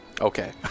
Okay